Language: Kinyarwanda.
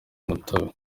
umutobe